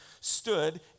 stood